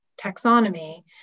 taxonomy